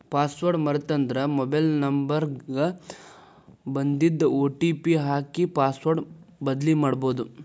password ಮರೇತಂದ್ರ mobile number ಗ ಬನ್ದಿದ್ ಒ.ಟಿ.ಪಿ ಹಾಕಿ ಪಾಸ್ವರ್ಡ್ ಬದ್ಲಿಮಾಡ್ಬೊದು